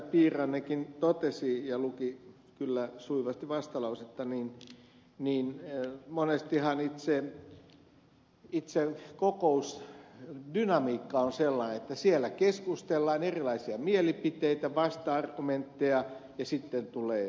piirainenkin totesi ja luki kyllä sujuvasti vastalausetta niin monestihan itse kokousdynamiikka on sellainen että siellä keskustellaan on erilaisia mielipiteitä vasta argumentteja ja sitten tulee päätös